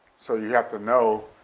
so you have to know,